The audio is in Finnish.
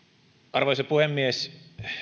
arvoisa puhemies